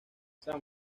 san